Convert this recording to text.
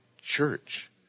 church